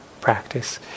practice